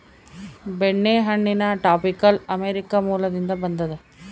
ಬೆಣ್ಣೆಹಣ್ಣಿನ tropical America ಮೂಲದಿಂದ ಬಂದದ